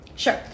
Sure